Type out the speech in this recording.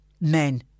men